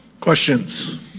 Questions